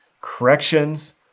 corrections